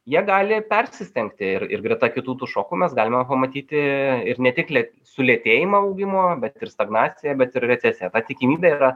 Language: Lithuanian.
jie gali persistengti ir ir greta kitų tų šokų mes galime pamatyti ir ne tik lėt sulėtėjimą augimo bet ir stagnaciją bet ir recesiją ta tikimybė yra